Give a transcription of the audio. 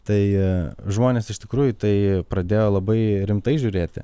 tai žmonės iš tikrųjų į tai pradėjo labai rimtai žiūrėti